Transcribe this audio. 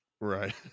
Right